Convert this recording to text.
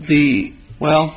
the well